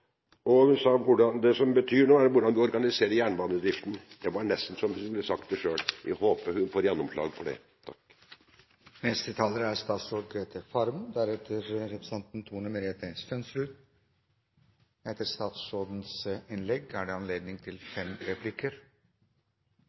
og hun sa at det som betyr noe, er hvordan vi organiserer jernbanedriften. Det var nesten så jeg kunne sagt det selv. Jeg håper hun får gjennomslag for det. Nødnett er det nye digitale radiosambandet til